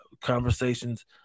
conversations